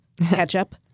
ketchup